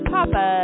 Papa